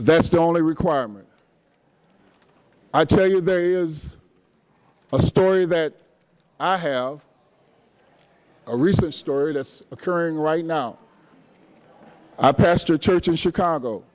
that's the only requirement i tell you there is a story that i have a recent story that's occurring right now i pastor a church in chicago